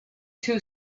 two